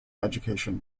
education